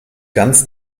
ganz